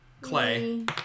Clay